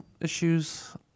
issues